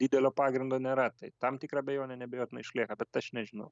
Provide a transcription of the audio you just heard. didelio pagrindo nėra tai tam tikra abejonė neabejotinai išlieka bet aš nežinau